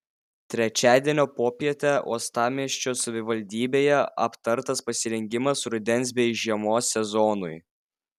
trečiadienio popietę uostamiesčio savivaldybėje aptartas pasirengimas rudens bei žiemos sezonui